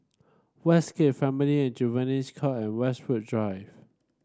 Westgate Family and Juvenile Court and Westwood Drive